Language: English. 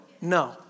No